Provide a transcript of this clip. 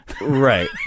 Right